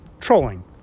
trolling